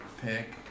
pick